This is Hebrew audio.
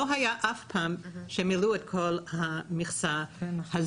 לא קרה אף פעם שמילאו את כל המכסה הזו.